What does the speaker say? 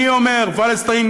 אני אומר "Palestine,